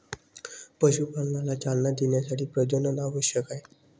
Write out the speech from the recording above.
पशुपालनाला चालना देण्यासाठी प्रजनन आवश्यक आहे